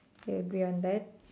we agree on that